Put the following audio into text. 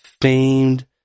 famed